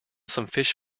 fish